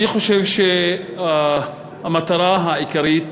אני חושב שהמטרה העיקרית